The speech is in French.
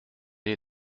est